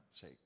say